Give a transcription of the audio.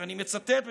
אני מצטט ומסיים: